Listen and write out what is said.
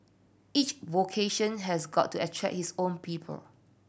each vocation has got to attract its own people